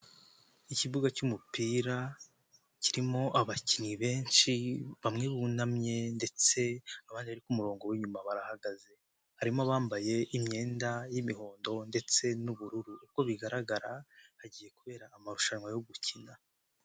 Ikibuga cy'umupira kirimo abakinnyi benshi bamwe bunamye ndetse abandi ari ku kumurongo w'inyuma barahagaze. Harimo abambaye imyenda y'imihondo ndetse n'ubururu. Uko bigaragara hagiye kubera amarushanwa yo gukina.